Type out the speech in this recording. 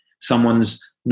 Someone's